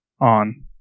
on